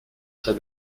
très